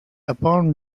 upon